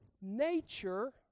nature